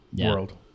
world